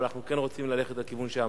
אבל אנחנו כן רוצים ללכת לכיוון שאמרת.